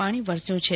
પાણી વરસ્યુ છે